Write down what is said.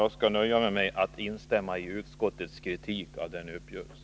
Jag skall nöja mig med att instämma i utskottets kritik av denna uppgörelse.